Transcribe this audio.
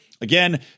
Again